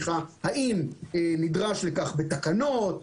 האם נדרש לכך בתקנות,